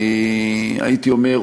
הייתי אומר,